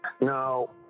No